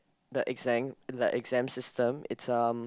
the exam the exam system it's um